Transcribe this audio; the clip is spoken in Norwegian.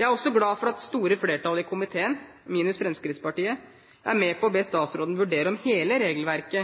Jeg er også glad for at det store flertallet i komiteen, minus Fremskrittspartiet, er med på å be statsråden vurdere om hele